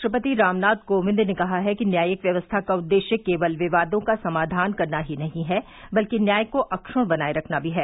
राष्ट्रपति रामनाथ कोविंद ने कहा है कि न्यायिक व्यवस्था का उददेश्य केवल विवादों का समाधान करना ही नहीं है बल्कि न्याय को अक्षुण्ण बनाये रखना भी है